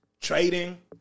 trading